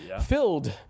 filled